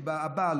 שהבעל,